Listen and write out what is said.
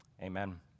Amen